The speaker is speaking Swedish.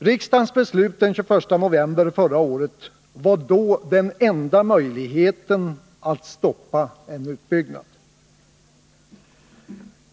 Riksdagens beslut den 21 november förra året var då den enda möjligheten att stoppa en utbyggnad.